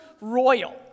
royal